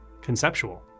conceptual